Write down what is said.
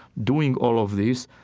doing all of this.